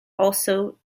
also